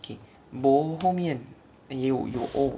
okay B O 后面有 oh